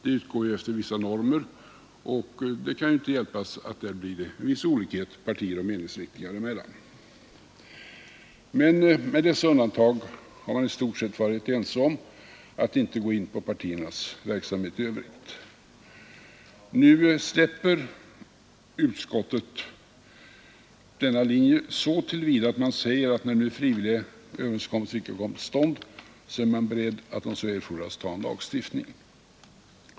Det utgår ju efter vissa normer, och det kan inte hjälpas att det uppstår viss olikhet partier och meningsriktningar emellan. Men med dessa undantag har man i stort sett varit ense om att inte gå in på partiernas verksamhet i övrigt. Nu frångår utskottet denna linje så till vida att det säger att när nu frivilliga överenskommelser icke kommer till stånd är man beredd att om så erfordras tillgripa lagstiftning.